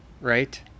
right